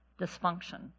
dysfunction